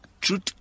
truth